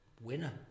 Winner